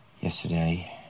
yesterday